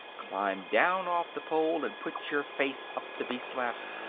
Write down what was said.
climbed down off the pole, and put your face up to be slapped,